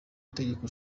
itegeko